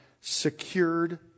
secured